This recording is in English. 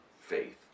faith